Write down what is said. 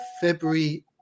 February